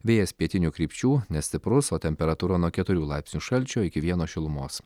vėjas pietinių krypčių nestiprus o temperatūra nuo keturių laipsnių šalčio iki vieno šilumos